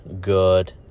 good